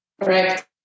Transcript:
Correct